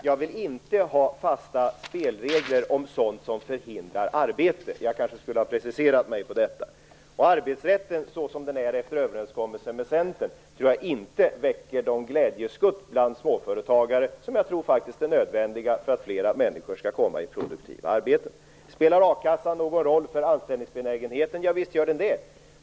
Jag vill inte ha fasta spelregler om sådant som förhindrar arbete. Jag skulle kanske ha preciserat mig på denna punkt. Arbetsrätten, såsom den är efter överenskommelse med Centern, tror jag inte väcker de glädjeskutt bland småföretagare som jag tror är nödvändiga för att flera människor skall komma i produktiva arbeten. Spelar a-kassan någon roll för anställningsbenägenheten? Ja visst gör den det.